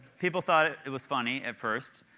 people thought it it was funny at first,